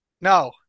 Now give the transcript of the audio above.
No